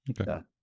Okay